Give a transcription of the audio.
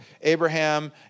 Abraham